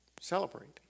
Celebrate